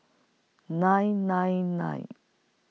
nine nine nine